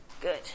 good